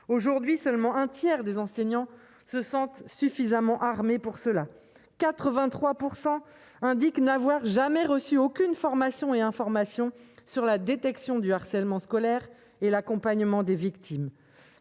un tiers seulement des enseignants se sentent suffisamment armés pour cela et 83 % d'entre eux indiquent n'avoir jamais reçu aucune formation ni information sur la détection du harcèlement scolaire et l'accompagnement des victimes.